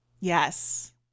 Yes